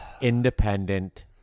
independent